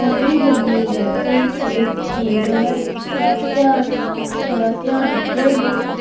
पैह्लियें जम्में दे जागतें दी सेह्त ठीक रवै उसदे आस्तै अस बड़ा ध्यान रक्खने होन्नें